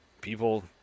people